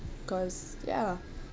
because ya